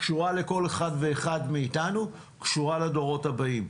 שקשורה לכל אחד ואחד מאיתנו וקשורה לדורות הבאים,